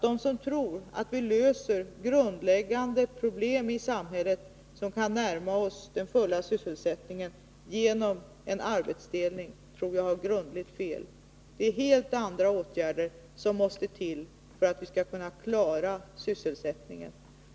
De som tror att vi löser grundläggande problem i samhället och kan närma oss den fulla sysselsättningen genom en arbetsdelning, tror jag har grundligt fel. Det är helt andra åtgärder som måste till för att vi skall kunna klara sysselsättningen.